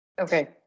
Okay